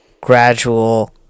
gradual